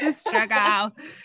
struggle